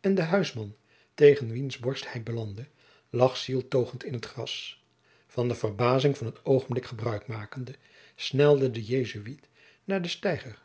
en de huisman tegen wiens borst hij belandde lag zieltogend in het gras van de verbazing van het oogenblik gebruik makende snelde de jesuit naar den steiger